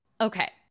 Okay